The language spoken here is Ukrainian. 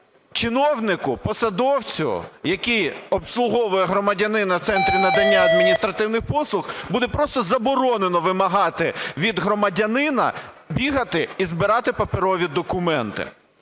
чиновнику, посадовцю, який обслуговує громадянина в центрі надання адміністративних послуг, буде просто заборонено вимагати від громадянина бігати і збирати паперові документи.